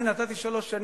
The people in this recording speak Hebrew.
אני נתתי שלוש שנים,